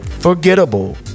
forgettable